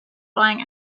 buying